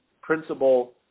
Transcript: principal